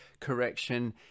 correction